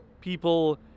People